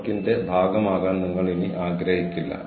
അങ്ങനെയാണ് അത് നിങ്ങളിലേക്ക് എത്തുന്നത്